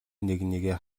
нэгнийг